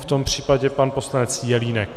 V tom případě pan poslanec Jelínek.